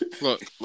look